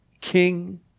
king